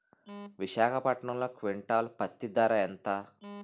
విశాఖపట్నంలో క్వింటాల్ పత్తి ధర ఎంత?